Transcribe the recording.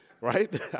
right